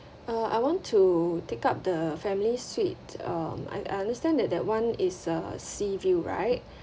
uh I want to take up the family suite um I I understand that that [one] is a sea view right